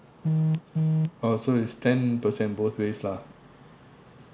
oh so it's ten percent both ways lah